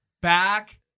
back